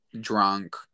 drunk